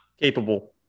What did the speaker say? capable